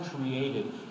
created